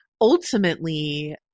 ultimately